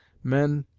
men,